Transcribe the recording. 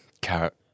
Carrot